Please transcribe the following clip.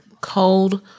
cold